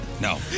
No